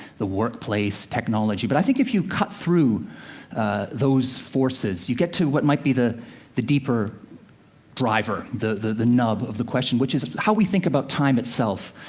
the workplace, technology. but i think if you cut through those forces, you get to what might be the the deeper driver, the the nub of the question, which is how we think about time itself.